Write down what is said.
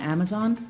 Amazon